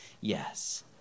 yes